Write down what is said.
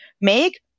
make